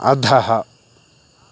अधः